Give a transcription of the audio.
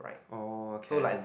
oh okay